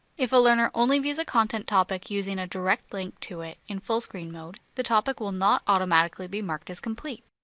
if a learner only views a content topic using a direct link to it in full-screen mode, the topic will not automatically be marked as complete.